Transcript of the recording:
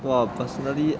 well personally